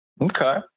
Okay